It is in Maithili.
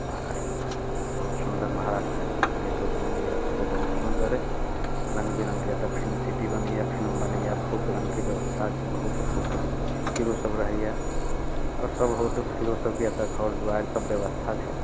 महाराष्ट्रमे बहुत सुंदर महराष्ट्र गेट ऑफ इण्डिया सेहो बहुत सुंदर यऽ रङ्ग विरङ्गके एतऽ फिलिम सिटी बनैया फिल्म बनैया बहुत रङ्गके व्यवस्था छै बहुत हीरो सब रहैया आओर सब हीरो सबके अपन घर दुआर सब व्यवस्था छै